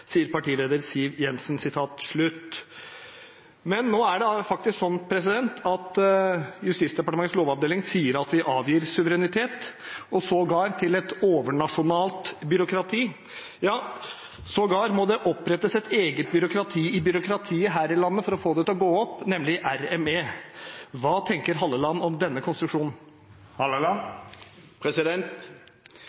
sier partileder Siv Jensen. Men nå er det faktisk slik at Justisdepartementets lovavdeling sier at vi avgir suverenitet, sågar til et overnasjonalt byråkrati, ja, sågar må det opprettes et eget byråkrati i byråkratiet her i landet for å få det til å gå opp, nemlig RME. Hva tenker representanten Halleland om denne konstruksjonen?